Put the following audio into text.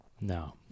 No